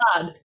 God